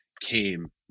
came